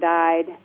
died